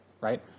right